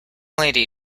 lady